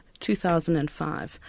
2005